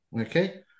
Okay